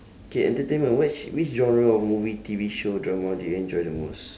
okay entertainment which which genre of movie T_V show drama do you enjoy the most